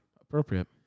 Appropriate